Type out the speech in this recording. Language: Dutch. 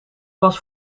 was